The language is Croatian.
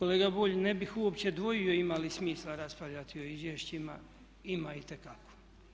Kolega Bulj, ne bih uopće dvojio ima li smisla raspravljati o izvješćima, ima itekako.